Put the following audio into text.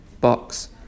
box